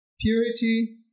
purity